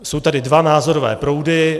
Jsou tady dva názorové proudy.